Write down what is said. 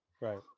right